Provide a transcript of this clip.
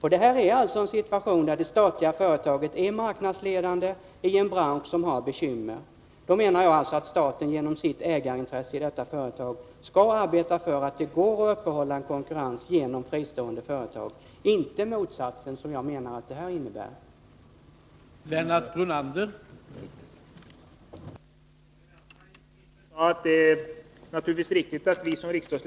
Här har vi en situation där det statliga företaget är marknadsledande i en bransch som har bekymmer, och då menar jag att staten genom sitt ägarintresse i detta företag skall arbeta för att det skall vara möjligt att upprätthålla konkurrens genom fristående företag — inte motsatsen, vilket jag anser att det aktuella förslaget innebär.